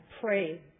pray